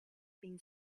been